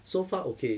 so far okay